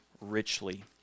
richly